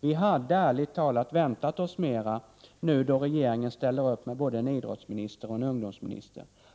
Vi hade ärligt talat väntat oss mera nu då regeringen ställer upp med både en idrottsminister och en ungdomsminister.